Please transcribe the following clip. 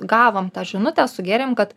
gavom tą žinutę sugėrėm kad